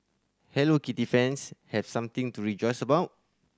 Hello Kitty fans have something to rejoice about